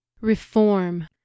Reform